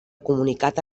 comunicat